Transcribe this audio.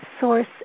source